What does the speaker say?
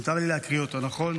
ומותר לי להקריא אותו, נכון?